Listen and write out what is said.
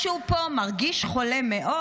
משהו פה מרגיש חולה מאוד.